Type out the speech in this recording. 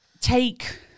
take